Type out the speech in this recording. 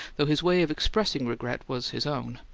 though his way of expressing regret was his own.